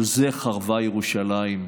על זה חרבה ירושלים,